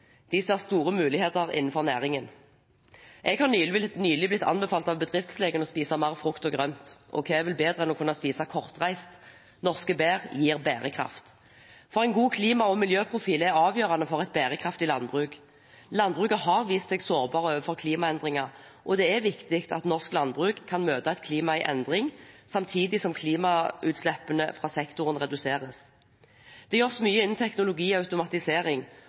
De ser store muligheter innenfor næringen. Jeg har nylig blitt anbefalt av bedriftslegen å spise mer frukt og grønt, og hva er vel bedre enn å kunne spise kortreist. Norske bær gir bærekraft. En god klima- og miljøprofil er avgjørende for et bærekraftig landbruk. Landbruket har vist seg sårbart overfor klimaendringer, og det er viktig at norsk landbruk kan møte et klima i endring, samtidig som klimagassutslippene fra sektoren reduseres. Det gjøres mye innen teknologi og automatisering,